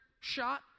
shot